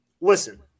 listen